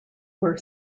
were